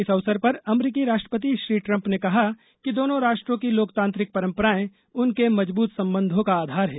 इस अवसर पर अमरीकी राष्ट्रपति श्री ट्रम्प ने कहा कि दोनों राष्ट्रों की लोकतांत्रिक परम्पराएं उनके मजबूत संबंधों का आधार हैं